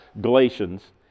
Galatians